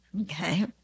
Okay